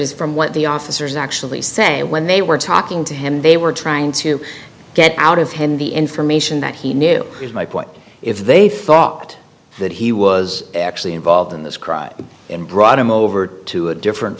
is from what the officers actually say when they were talking to him they were trying to get out of him the information that he knew is my point if they thought that he was actually involved in this crime and brought him over to a different